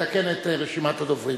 נתקן את רשימת הדוברים.